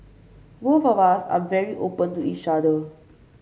both of us are very open to each other